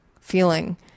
feeling